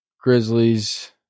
Grizzlies